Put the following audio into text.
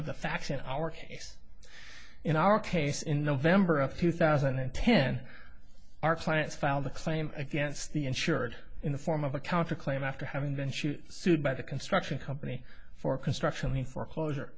of the facts in our case in our case in november of two thousand and ten our plants filed a claim against the insured in the form of a counter claim after having been she sued by the construction company for construction the foreclosure